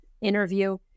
interview